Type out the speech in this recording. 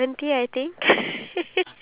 iya true